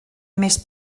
més